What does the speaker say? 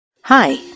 Hi